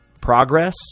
progress